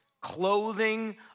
clothing